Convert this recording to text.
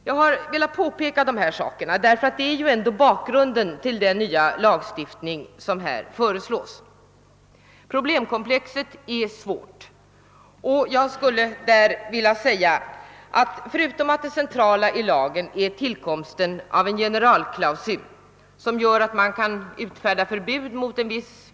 Jag har velat påpeka de här sakerna därför att de ändå utgör bakgrunden till den nya lagstiftning som här föreslås. Problemkomplexet är svårt och inte förenklas det av det faktum att förutom att det centrala i lagen är tillkomsten av en generalklausul som gör att man kan utfärda förbud mot en viss.